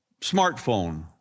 smartphone